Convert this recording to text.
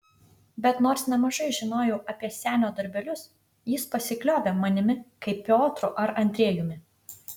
bet nors nemažai žinojau apie senio darbelius jis pasikliovė manimi kaip piotru ar andrejumi